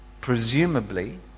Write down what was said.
presumably